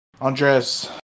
Andres